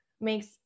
makes